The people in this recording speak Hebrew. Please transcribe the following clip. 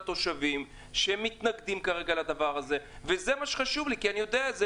התושבים שמתנגדים כרגע לדבר הזה וזה מה שחשוב לי כי אני יודע שזאת